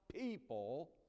people